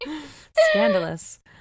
Scandalous